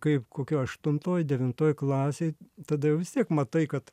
kaip kokioj aštuntoj devintoj klasėj tada jau vis tiek matai kad